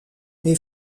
les